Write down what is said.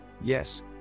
yes